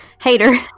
Hater